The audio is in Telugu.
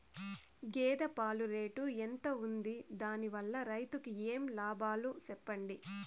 గేదె పాలు రేటు ఎంత వుంది? దాని వల్ల రైతుకు ఏమేం లాభాలు సెప్పండి?